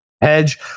hedge